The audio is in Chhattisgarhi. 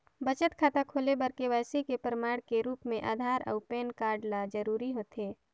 बचत खाता खोले बर के.वाइ.सी के प्रमाण के रूप म आधार अऊ पैन कार्ड ल जरूरी होथे